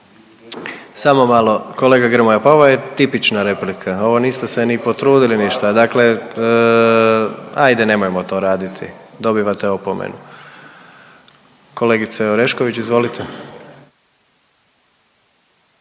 samo malo. Kolega Grmoja, pa ovo je tipična replika, ovo niste se ni potrudili ništa. Dakle ajde nemojmo to raditi. Dobivate opomenu. Kolegice Orešković, izvolite.